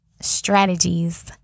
strategies